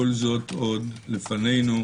כל זאת עוד לפנינו.